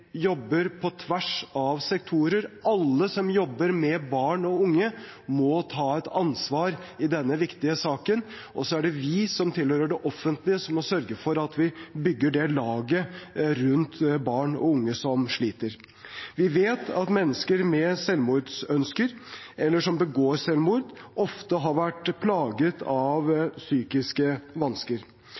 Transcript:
jobber på tvers av sektorer. Alle som jobber med barn og unge, må ta et ansvar i denne viktige saken, og så er det vi som tilhører det offentlige, som må sørge for at vi bygger det laget rundt barn og unge som sliter. Vi vet at mennesker med selvmordsønsker eller som begår selvmord, ofte har vært plaget av psykiske vansker.